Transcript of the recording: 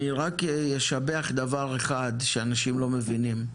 אני רק אשבח דבר אחד שאנשים לא מבינים,